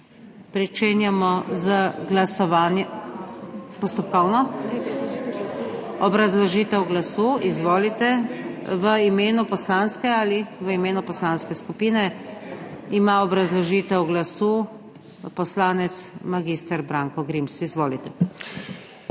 Pričenjamo z glasovanjem. Postopkovno? Obrazložitev glasu. Izvolite. V imenu poslanske ali… V imenu poslanske skupine ima obrazložitev glasu poslanec mag. Branko Grims. Izvolite.